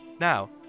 Now